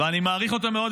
ואני מעריך אותו מאוד,